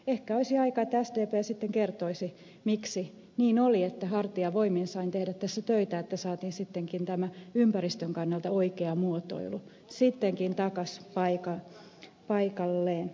ehkä olisi aika että sdp sitten kertoisi miksi niin oli että hartiavoimin sain tehdä tässä töitä että saatiin sittenkin tämä ympäristön kannalta oikea muotoilu takaisin paikalleen